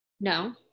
No